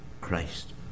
Christ